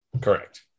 Correct